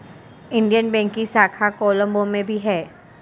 Indian Bank की शाखा कोलम्बो में भी है